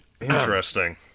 Interesting